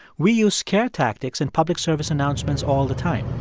we use scare tactics in public service announcements all the time,